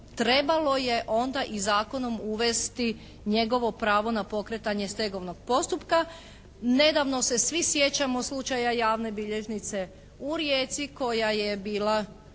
trebalo je onda i zakonom uvesti njegovo pravo na pokretanje stegovnog postupka. Nedavno se svi sjećamo slučaja javne bilježnice u Rijeci koja je bila